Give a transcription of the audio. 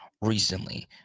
recently